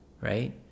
right